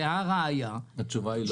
ומה הראיה --- התשובה היא לא.